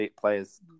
players